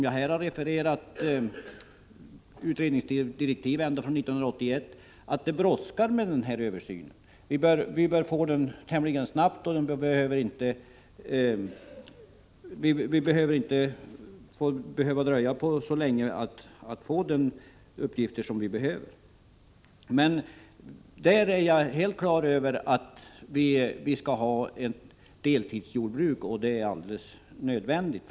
Jag har här refererat utredningsdirektiv ända från 1981, och jag menar att denna översyn brådskar. Jag är emellertid helt på det klara med att vi skall ha ett deltidsjordbruk — det är alldeles nödvändigt.